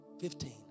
Fifteen